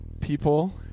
people